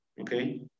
Okay